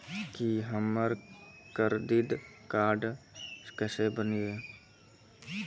की हमर credit card केसे बनिये?